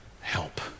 help